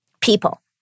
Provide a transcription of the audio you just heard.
people